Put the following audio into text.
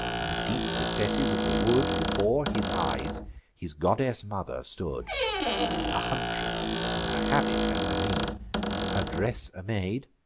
in the deep recesses of the wood, before his eyes his goddess mother stood a huntress in her habit and her mien her dress a maid,